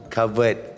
covered